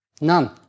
None